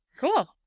cool